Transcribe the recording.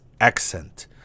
accent